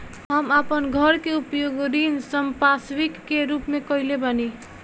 हम आपन घर के उपयोग ऋण संपार्श्विक के रूप में कइले बानी